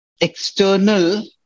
external